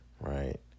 right